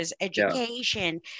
education